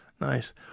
Nice